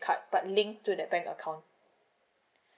card but link to that bank account